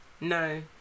no